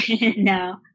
No